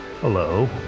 Hello